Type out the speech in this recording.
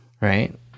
right